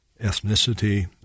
ethnicity